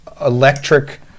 electric